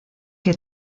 que